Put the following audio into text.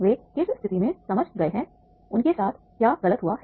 वे किस स्थिति में समझ गए हैं उनके साथ क्या गलत हुआ है